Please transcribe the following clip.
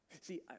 See